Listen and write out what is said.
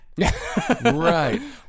Right